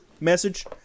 message